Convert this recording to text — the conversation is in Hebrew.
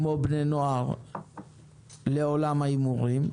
כמו בני נוער לעולם ההימורים.